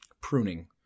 pruning